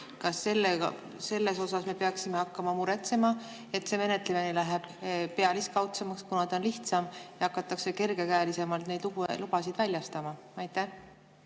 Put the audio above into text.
menetlemist. Kas me peaksime hakkama muretsema, et see menetlemine läheb pealiskaudsemaks, kuna ta on lihtsam? Ehk hakatakse kergekäelisemalt neid lubasid väljastama? Aitäh!